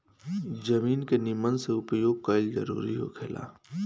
जमीन के निमन से उपयोग कईल जरूरी होखेला